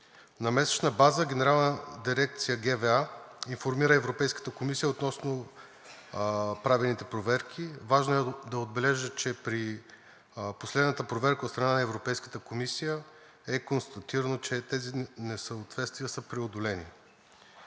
На месечна база Генерална дирекция ГВА информира Европейската комисия относно правените проверки. Важно е да отбележа, че при последната проверка от страна на Европейската комисия е констатирано, че тези несъответствия са преодолени.